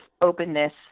openness